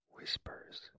WHISPERS